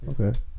Okay